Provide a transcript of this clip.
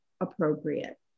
appropriate